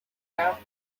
aft